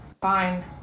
fine